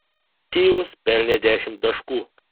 tyus pelnė dešimt taškų